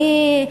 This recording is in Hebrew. אני,